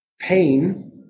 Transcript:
pain